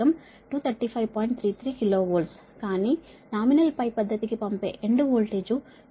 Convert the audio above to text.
33 KV కానీ nominal π పద్ధతి కి పంపే ఎండ్ వోల్టేజ్ 224